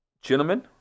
gentlemen